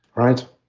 right